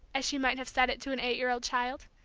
as she might have said it to an eight-year-old child.